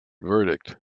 verdict